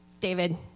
David